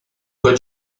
code